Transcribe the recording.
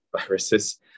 viruses